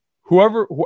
whoever